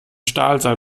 stahlseil